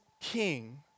king